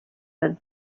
said